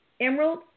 Emerald